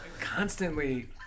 constantly